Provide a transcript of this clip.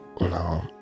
No